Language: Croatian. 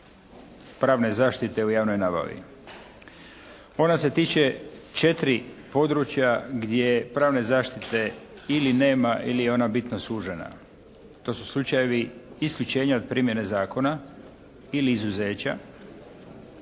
pravne zaštite u javnoj nabavi. Ona se tiče 4 područja gdje pravne zaštite ili nema ili je ona bitno sužena. To su slučajevi isključenja primjene zakona ili izuzeća,